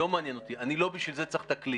לא מעניין אותי, לא בשביל זה אני צריך את הכלי.